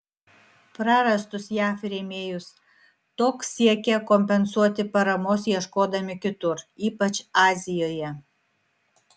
prarastus jav rėmėjus tok siekė kompensuoti paramos ieškodami kitur ypač azijoje